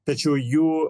tačiau jų